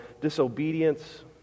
disobedience